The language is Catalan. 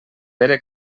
pere